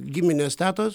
giminės tetos